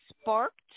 sparked